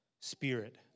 spirit